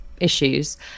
issues